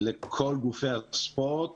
לכל גופי הספורט